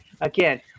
Again